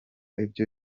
ibyo